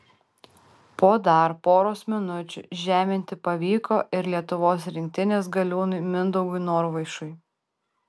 po dar poros minučių žeminti pavyko ir lietuvos rinktinės galiūnui mindaugui norvaišui